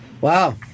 Wow